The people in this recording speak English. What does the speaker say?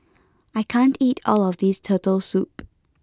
I can't eat all of this turtle soup